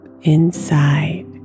inside